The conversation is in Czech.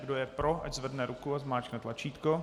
Kdo je pro, ať zvedne ruku a zmáčkne tlačítko.